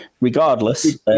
regardless